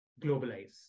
globalize